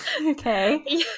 okay